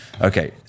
Okay